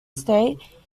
state